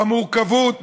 במורכבות,